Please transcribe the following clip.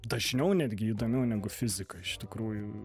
dažniau netgi įdomiau negu fizika iš tikrųjų